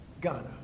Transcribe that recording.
Ghana